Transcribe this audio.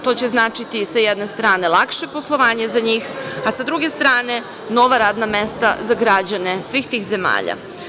To će značiti, sa jedne strane, lakše poslovanje za njih, a sa druge strane nova radna mesta za građane svih tih zemalja.